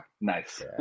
nice